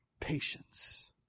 Patience